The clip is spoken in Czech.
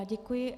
Děkuji.